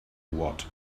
what